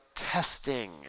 testing